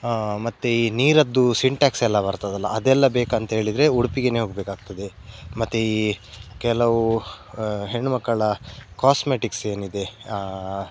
ಮತ್ತೇ ನೀರದ್ದು ಸಿಂಟೆಕ್ಸ್ ಎಲ್ಲ ಬರ್ತದಲ್ಲ ಅದೆಲ್ಲ ಬೇಕಂಥೇಳಿದ್ರೆ ಉಡುಪಿಗೆನೆ ಹೋಗಬೇಕಾಗ್ತದೆ ಮತ್ತು ಕೆಲವು ಹೆಣ್ಣು ಮಕ್ಕಳ ಕಾಸ್ಮೆಟಿಕ್ಸ್ ಏನಿದೆ